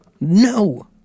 No